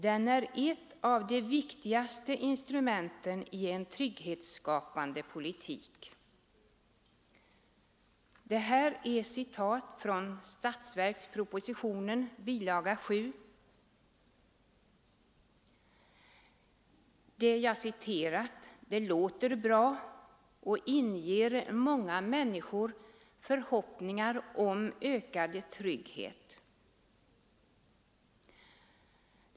Den är ett av de viktigaste instrumenten i en trygghetsskapande politik.” Vad jag här citerat är hämtat ur statsverkspropositionen, bilaga 7, och det låter ju bra. Det inger säkert många människor förhoppningar om ökad trygghet.